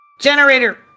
Generator